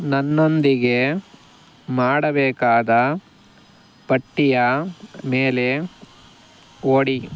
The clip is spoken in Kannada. ನನ್ನೊಂದಿಗೆ ಮಾಡಬೇಕಾದ ಪಟ್ಟಿಯ ಮೇಲೆ ಓಡಿ